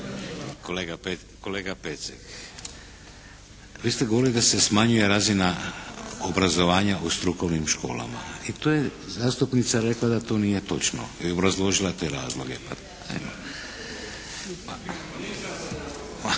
Kolega Pecek, vi ste govorili da se smanjuje razina obrazovanja po strukovnim školama i to je zastupnica rekla da to nije točno i obrazložila te razloge. Državna